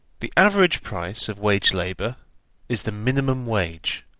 the average price of wage-labour is the minimum wage,